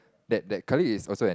that that colleague is also an